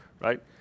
right